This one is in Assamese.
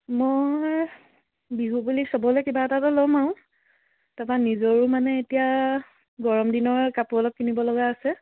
মই বিহু বুলি চবলে কিবা এটাটা ল'ম আৰু তাৰপৰা নিজৰো মানে এতিয়া গৰম দিনৰ কাপোৰ অলপ কিনিব লগা আছে